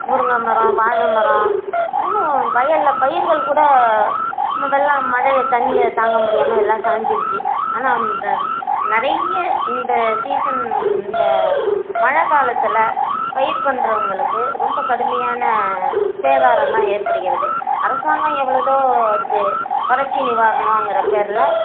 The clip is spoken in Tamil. முருங்கமரம் வாழமரம் உன்னும் வயலில் பயிர்கள் கூட ம வெள்ளம் மழையை தண்ணியை தாங்க முடியாமல் எல்லாம் சாஞ்சிடுச்சி ஆனால் வ நிறைய இந்த சீசன் இந்த மழை காலத்தில் பயிர் பண்ணுறவுங்களுக்கு ரொம்ப கடுமையான சேதாரம் தான் ஏற்படுகிறது அரசாங்கம் எவ்ளோதா அதுக்கு வறட்சி நிவாரணங்கிற பேரில்